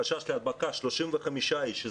חשש להדבקה 35 איש,